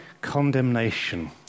condemnation